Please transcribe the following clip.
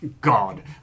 God